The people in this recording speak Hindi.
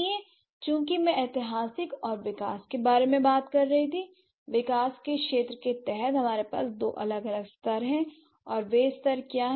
इसलिए चूंकि मैं ऐतिहासिक और विकास के बारे में बात कर रही थी विकास के क्षेत्र के तहत हमारे पास दो अलग अलग स्तर हैं और ये स्तर क्या हैं